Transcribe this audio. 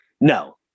No